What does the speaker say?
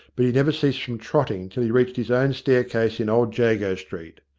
but he never ceased from trotting till he reached his own staircase in old jago street.